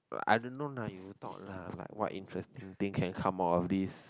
I don't know lah you talk lah like what interesting things can you come out of this